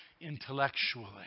intellectually